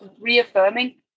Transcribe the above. reaffirming